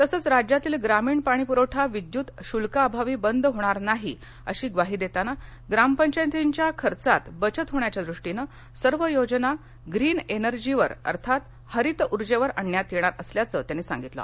तसंच राज्यातील ग्रामीण पाणी पुरवठा विद्युत शुल्काअभावी बंद होणार नाही अशी ग्वाही देताना ग्रामपंचायतींच्या खर्चात बचत होण्याच्या दृष्टीने सर्व योजना ग्रीन एनर्जीवर अर्थात हरित उर्जेवर आणण्यात येणार असल्याच त्यांनी सांगितलं